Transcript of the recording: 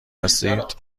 هستید